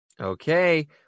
Okay